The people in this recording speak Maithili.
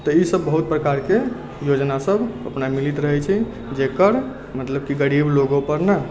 तऽ ई सभ बहुत प्रकार के योजना सभ अपना मिलैत रहै छै जेकर मतलब कि गरीब लोगो पर न